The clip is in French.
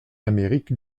amérique